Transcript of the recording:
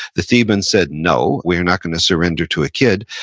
the thebans said, no, we're not going to surrender to a kid.